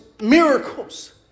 miracles